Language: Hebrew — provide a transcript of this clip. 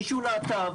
מישהו שהוא להט"ב,